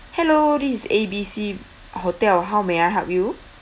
hello this is A B C hotel how may I help you